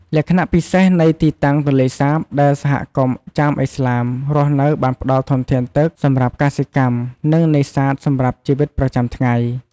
លក្ខណៈពិសេសនៃទីតាំងទន្លេសាបដែលសហគមន៍ចាមឥស្លាមរស់នៅបានផ្តល់ធនធានទឹកសម្រាប់កសិកម្ម និងនេសាទសម្រាប់ជីវិតប្រចាំថ្ងៃ។